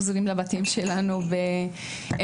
לחזור אל הבתים שלנו בתחושה טובה ועם